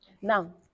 now